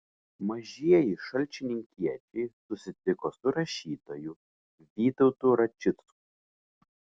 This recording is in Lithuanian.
mažieji šalčininkiečiai susitiko su rašytoju vytautu račicku